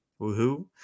Woohoo